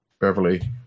Beverly